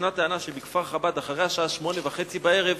ישנה טענה שבכפר-חב"ד, אחרי השעה 20:30 אין,